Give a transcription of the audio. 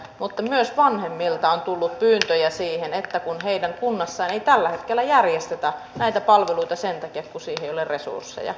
mutta myös vanhemmilta on tullut pyyntöjä siitä kun heidän kunnassaan ei tällä hetkellä järjestetä näitä palveluita sen takia kun siihen ei ole resursseja